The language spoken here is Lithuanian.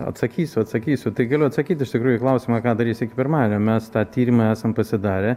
atsakysiu atsakysiu tai galiu atsakyt iš tikrųjų į klausimą ką darys iki pirmadienio mes tą tyrimą esam pasidarę